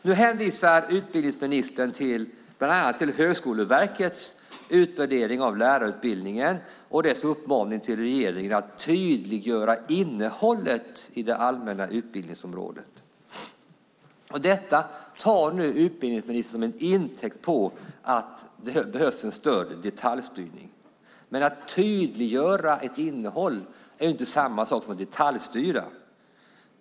Nu hänvisar utbildningsministern bland annat till Högskoleverkets utvärdering av lärarutbildningen och dess uppmaning till regeringen att tydliggöra innehållet i det allmänna utbildningsområdet. Detta tar nu utbildningsministern till intäkt för att det behövs en större detaljstyrning. Men att tydliggöra ett innehåll är inte samma sak som att detaljstyra.